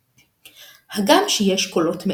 ולא אחרי המקום שבו הוא נמצא.